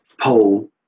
poll